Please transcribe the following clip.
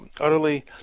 utterly